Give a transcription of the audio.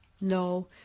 No